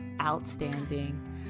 outstanding